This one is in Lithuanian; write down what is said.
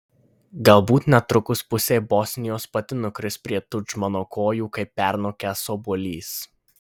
galbūt netrukus pusė bosnijos pati nukris prie tudžmano kojų kaip pernokęs obuolys